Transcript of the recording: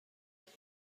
خرید